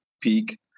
peak